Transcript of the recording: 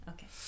Okay